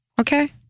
okay